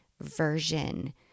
version